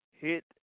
Hit